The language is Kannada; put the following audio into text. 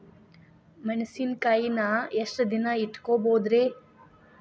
ಮೆಣಸಿನಕಾಯಿನಾ ಎಷ್ಟ ದಿನ ಇಟ್ಕೋಬೊದ್ರೇ?